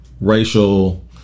racial